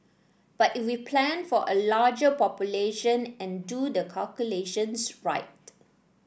but if we plan for a larger population and do the calculations right